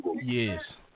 Yes